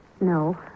No